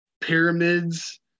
pyramids